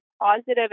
positive